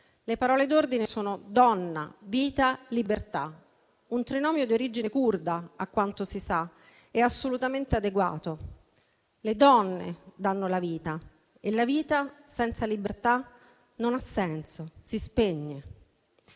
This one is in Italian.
Le parole d'ordine sono: "Donna, vita, libertà". Un trinomio di origine curda, a quanto si sa, e assolutamente adeguato. Le donne danno la vita e la vita, senza libertà, non ha senso, si spegne.